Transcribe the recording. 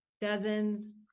dozens